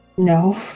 No